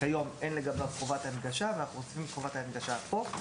כיום אין לגביו חובת הנגשה ואנחנו רוצים את חובת ההנגשה כאן.